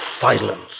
silence